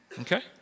okay